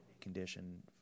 Condition